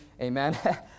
amen